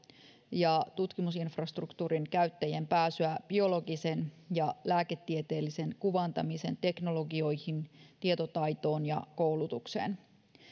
ja tutkimusinfrastruktuurin käyttäjien pääsyä biologisen ja lääketieteellisen kuvantamisen teknologioihin tietotaitoon ja koulutukseen